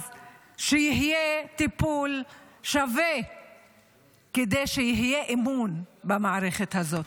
שיהיה טיפול שווה כדי שיהיה אמון במערכת הזאת.